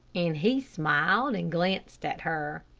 and he smiled and glanced at her.